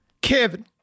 Kevin